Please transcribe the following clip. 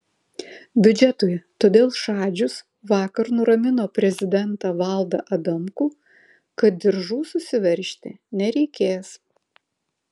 biudžetui todėl šadžius vakar nuramino prezidentą valdą adamkų kad diržų susiveržti nereikės